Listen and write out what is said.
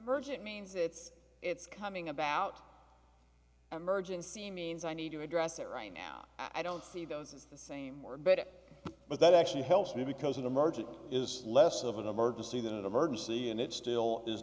urgent means it's it's coming about emergency means i need to address it right now i don't see those as the same or better but that actually helps me because an emergency is less of an emergency that emergency and it still is